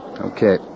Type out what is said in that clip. Okay